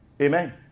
Amen